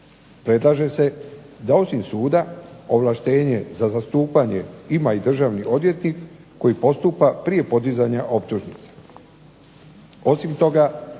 predlaže se da osim suda ovlaštenje za zastupanje ima i državni odvjetnik koji postupa prije podizanja optužnice.